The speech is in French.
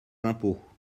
impôts